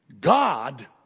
God